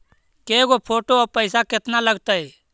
के गो फोटो औ पैसा केतना लगतै?